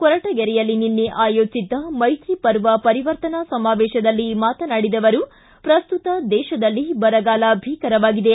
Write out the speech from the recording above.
ಕೊರಟಗೆರೆಯಲ್ಲಿ ನಿನ್ನೆ ಆಯೋಜಿಸಿದ್ದ ಮೈತ್ರಿಪರ್ವ ಪರಿವರ್ತನಾ ಸಮಾವೇಶದಲ್ಲಿ ಮಾತನಾಡಿದ ಅವರು ಪ್ರಸ್ತುತ ದೇಶದಲ್ಲಿ ಬರಗಾಲ ಭೀಕರವಾಗಿದೆ